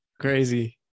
crazy